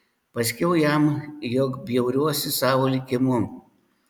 pasakiau jam jog bjauriuosi savo likimu